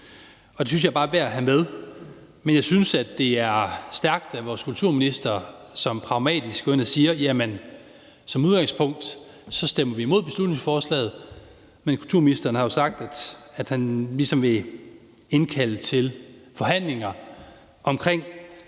Det synes jeg bare er værd at have med. Men jeg synes, det er stærkt af vores kulturminister, at han pragmatisk går ind og siger, at som udgangspunkt stemmer vi imod beslutningsforslaget, men kulturministeren har også sagt, at han vil indkalde til forhandlinger om,